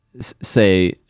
say